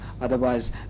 Otherwise